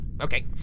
Okay